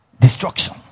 Destruction